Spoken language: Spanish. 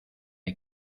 hay